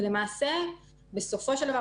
ולמעשה בסופו של דבר,